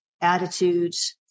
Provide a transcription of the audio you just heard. attitudes